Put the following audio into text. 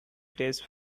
tastes